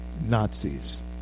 Nazis